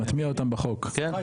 מטמיע אותם בחוק כן.